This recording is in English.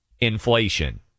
inflation